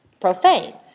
profane